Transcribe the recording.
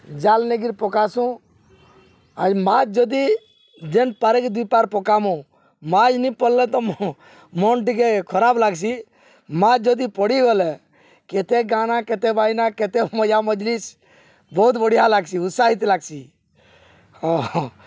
ଜାଲ୍ ନେଇକିରି ପକାସୁଁ ଆଉ ମାଛ ଯଦି ଯେନ୍ ପାରେ କି ଦୁଇ ପାର୍ ପକାମୁ ମାଛ୍ ନି ପଡ଼୍ଲେ ତ ମନ୍ ଟିକେ ଖରାପ୍ ଲାଗ୍ସି ମାଛ୍ ଯଦି ପଡ଼ିଗଲେ କେତେ ଗାନା କେତେ ବାଜ୍ନା କେତେ ମଜାମଜ୍ଲିସ୍ ବହୁତ୍ ବଢ଼ିଆ ଲାଗ୍ସି ଉତ୍ସାହିତ୍ ଲାଗ୍ସି ହଁ